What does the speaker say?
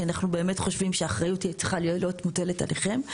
כי אנחנו באמת חושבים שהאחריות היא צריכה להיות מוטלת עליכם.